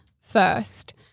First